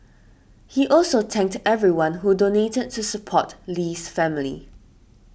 he also thanked everyone who donated to support Lee's family